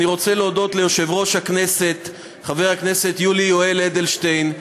אני רוצה להודות ליושב-ראש הכנסת חבר הכנסת יולי יואל אדלשטיין,